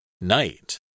Night